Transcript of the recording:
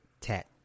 tat